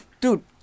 Dude